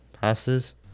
passes